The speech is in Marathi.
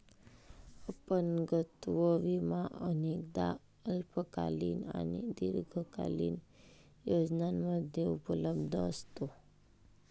अपंगत्व विमा अनेकदा अल्पकालीन आणि दीर्घकालीन योजनांमध्ये उपलब्ध असतो